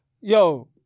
Yo